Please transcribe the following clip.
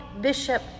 Bishop